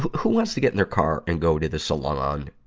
who, who wants to get in their car and go to the salon,